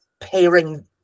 pairing